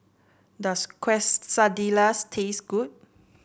does Quesadillas taste good